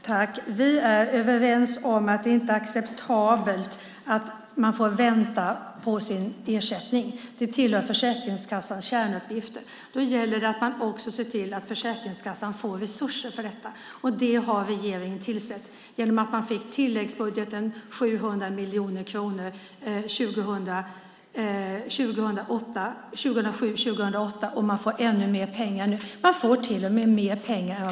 Fru talman! Vi är överens om att det inte är acceptabelt att behöva vänta på sin ersättning. Det tillhör Försäkringskassans kärnuppgifter. Då gäller det också att se till att Försäkringskassan får resurser för detta. Det har regeringen tillsett genom att ge 700 miljoner kronor i tilläggsbudgeten för 2007-2008, och nu får Försäkringskassan ännu mer pengar.